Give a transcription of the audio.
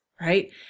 right